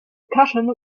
cushion